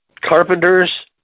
Carpenters